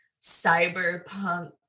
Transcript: cyberpunk